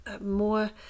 More